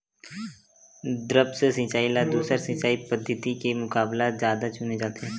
द्रप्स सिंचाई ला दूसर सिंचाई पद्धिति के मुकाबला जादा चुने जाथे